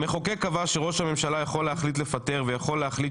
המחוקק קבע שראש הממשלה יכול להחליט לפטר ויכול להחליט